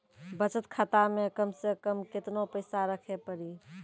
बचत खाता मे कम से कम केतना पैसा रखे पड़ी?